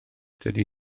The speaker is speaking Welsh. dydy